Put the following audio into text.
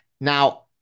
Now